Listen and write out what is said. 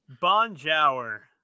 Bonjour